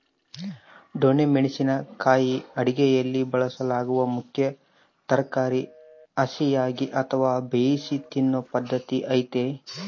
ದೊಣ್ಣೆ ಮೆಣಸಿನ ಕಾಯಿ ಅಡುಗೆಯಲ್ಲಿ ಬಳಸಲಾಗುವ ಮುಖ್ಯ ತರಕಾರಿ ಹಸಿಯಾಗಿ ಅಥವಾ ಬೇಯಿಸಿ ತಿನ್ನೂ ಪದ್ಧತಿ ಐತೆ